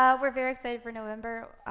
ah we're very excited for november.